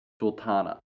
Sultana